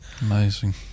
Amazing